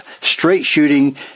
straight-shooting